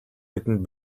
бидэнд